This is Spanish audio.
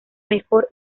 mejor